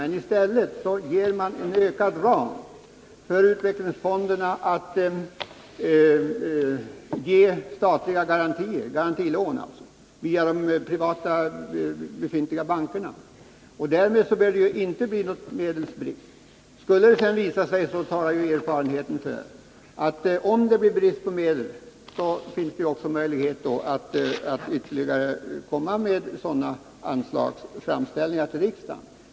I stället vidgar man ramarna för utvecklingsfonderna när det gäller att ge statliga garantilån via de privata bankerna. Därmed behöver det inte bli någon medelsbrist. Om det blir brist på medel finns också möjligheten att komma med anslagsframställningar till riksdagen.